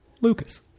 Lucas